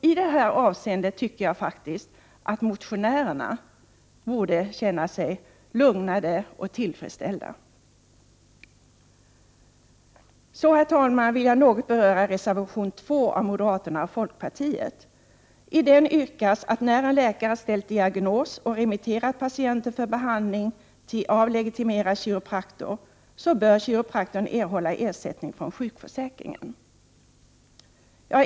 I det avseendet tycker jag att motionärerna borde känna sig lugnade och tillfredsställda. Så, herr talman, vill jag något beröra reservation 2 av moderaterna och folkpartiet. I den yrkas att när en läkare ställt diagnos och remitterat patienten för behandling hos legitimerad kiropraktor, bör kiropraktorn erhålla ersättning från sjukförsäkringen.